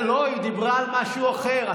לא, היא דיברה על משהו אחר.